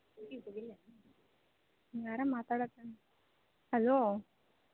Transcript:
ಹೇಗಿದ್ದೀರಿ ಹಲೋ